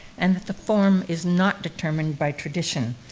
and the form is not determined by tradition,